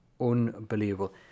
unbelievable